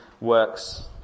works